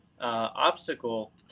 obstacle